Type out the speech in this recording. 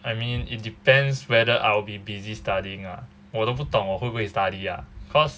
I mean it depends whether I'll be busy studying ah 我都不懂我会不会 study ah cause